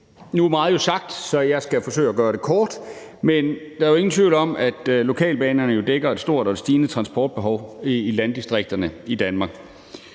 Nu er meget jo sagt, så jeg skal forsøge at gøre det kort, men der er jo ingen tvivl om, at lokalbanerne dækker et stort og stigende transportbehov i landdistrikterne i Danmark.